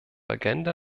agenda